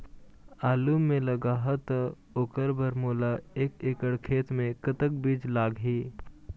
आलू मे लगाहा त ओकर बर मोला एक एकड़ खेत मे कतक बीज लाग ही?